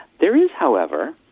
there is, however,